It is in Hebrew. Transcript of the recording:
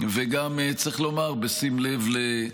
אני שוב אומר כל הכבוד, אגב,